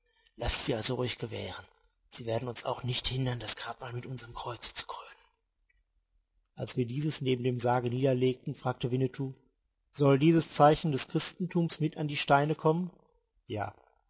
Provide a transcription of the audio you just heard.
laßt sie also ruhig gewähren sie werden uns auch nicht hindern das grabmal mit unserm kreuze zu krönen als wir dieses neben dem sarge niederlegten fragte winnetou soll dieses zeichen des christentums mit an die steine kommen ja